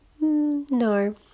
no